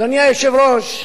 אדוני היושב-ראש,